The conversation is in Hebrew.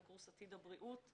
בקורס "עתיד הבריאות".